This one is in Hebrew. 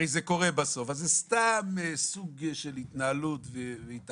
הרי זה קורה בסוף אז זה סתם סוג של התנהלות והתעללות,